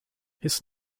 his